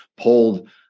pulled